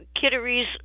Kittery's